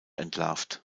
entlarvt